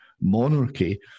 monarchy